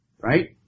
right